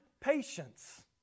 patience